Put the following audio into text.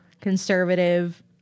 conservative